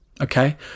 Okay